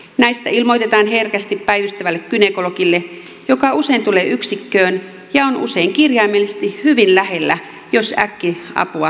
näistä ilmoitetaan herkästi päivystävälle gynekologille joka usein tulee yksikköön ja on usein kirjaimellisesti hyvin lähellä jos äkki apua tarvitaan